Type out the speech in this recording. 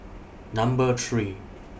Number three